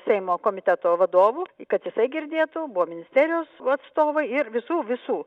seimo komiteto vadovu kad jisai girdėtų buvo ministerijos atstovai ir visų visų